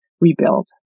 rebuild